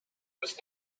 was